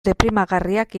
deprimigarriak